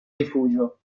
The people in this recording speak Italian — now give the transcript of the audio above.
rifugio